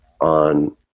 on